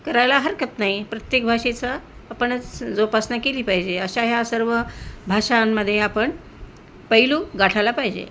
करायला हरकत नाही प्रत्येक भाषेचा आपणच जोपासना केली पाहिजे अशा ह्या सर्व भाषांमध्ये आपण पैलू गाठायला पाहिजे